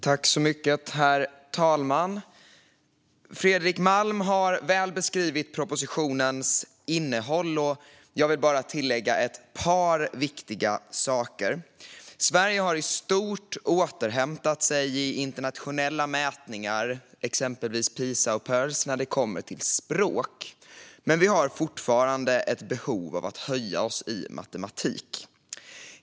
Herr talman! Fredrik Malm har beskrivit propositionens innehåll väl. Jag vill bara tillägga ett par viktiga saker. Vi i Sverige har i stort återhämtat oss i internationella mätningar, exempelvis Pisa och Pirls, när det gäller språk. Vi har dock fortfarande ett behov av att höja oss i matematik.